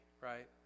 right